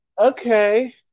okay